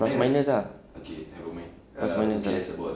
plus minus ah plus minus ah